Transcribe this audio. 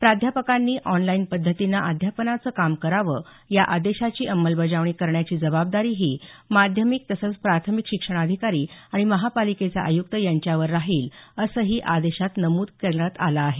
प्राध्यापकांनी ऑनलाईन पध्दतीने अध्यापनाचे काम करावं या आदेशाची अंमलबजावणी करण्याची जबाबदारी ही माध्यमिक तसंच प्रथमिक शिक्षणाधिकारी आणि महापालिकेचे आयुक्त यांच्यावर राहील असेही आदेशात नमूद केलं आहे